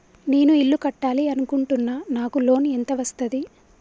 నేను ఇల్లు కట్టాలి అనుకుంటున్నా? నాకు లోన్ ఎంత వస్తది?